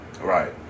right